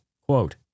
quote